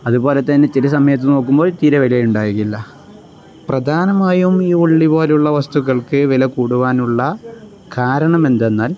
അതുപോലെ തന്നെ ചില സമയത്ത് നോക്കുമ്പോൾ തീരെ വില ഉണ്ടാവുകയില്ല പ്രധാനമായും ഈ ഉള്ളി പോലെയുള്ള വസ്തുക്കൾക്ക് വില കൂടുവാനുള്ള കാരണം എന്തെന്നാൽ